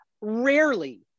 rarely